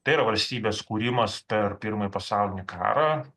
tai yra valstybės kūrimas per pirmąjį pasaulinį karą